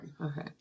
okay